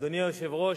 אדוני היושב-ראש,